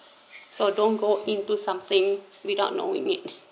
so don't go into something without knowing it